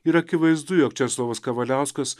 ir akivaizdu jog česlovas kavaliauskas